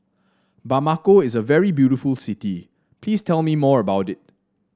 Bamako is a very beautiful city please tell me more about it